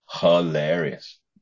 hilarious